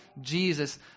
Jesus